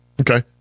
Okay